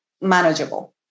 manageable